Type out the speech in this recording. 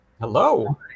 Hello